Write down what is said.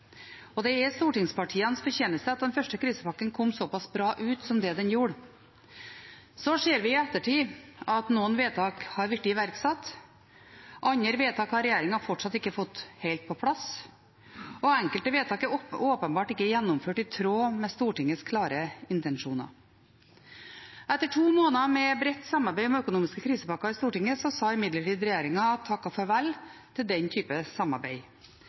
Det er stortingspartienes fortjeneste at den første krisepakka kom så pass bra ut som det den gjorde. Så ser vi i ettertid at noen vedtak har blitt iverksatt. Andre vedtak har regjeringen fortsatt ikke fått helt på plass, og enkelte vedtak er åpenbart ikke gjennomført i tråd med Stortingets klare intensjoner. Etter to måneder med bredt samarbeid om den økonomiske krisepakka i Stortinget sa imidlertid regjeringen takk og farvel til den type samarbeid.